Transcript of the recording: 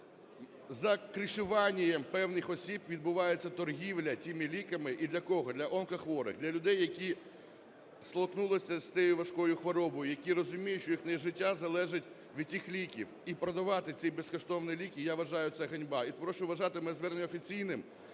за кришування певних осіб відбувається торгівля тими ліками. І для кого? Для онкохворих, для людей, які стикнулися з цією важкою хворобою, які розуміють, що їхнє життя залежить від цих ліків. І продавати ці безкоштовні ліки – я вважаю, це ганьба. І прошу вважати моє звернення офіційним